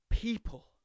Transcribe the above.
People